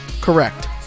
correct